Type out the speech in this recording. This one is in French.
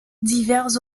divers